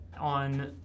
on